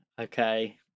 Okay